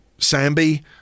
Sambi